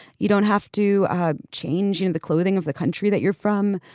you don't have to ah change in the clothing of the country that you're from.